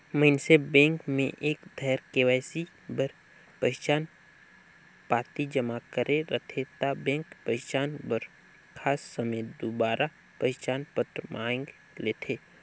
मइनसे बेंक में एक धाएर के.वाई.सी बर पहिचान पाती जमा करे रहथे ता बेंक पहिचान बर खास समें दुबारा पहिचान पत्र मांएग लेथे